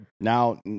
Now